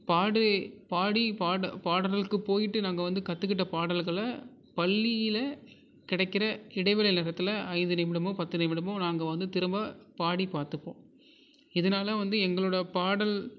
பாடி பாடி பாடு பாடல்கள்க்கு போய்ட்டு நாங்கள் வந்து கற்றுக்கிட்ட பாடல்கள பள்ளியில் கிடைக்கிற இடைவெளி நேரத்தில் ஐந்து நிமிடமோ பத்து நிமிடமோ நாங்கள் வந்து திரும்ப பாடி பார்த்துப்போம் இதனால வந்து எங்களோட பாடல்